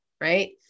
right